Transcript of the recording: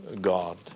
God